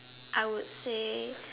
I would say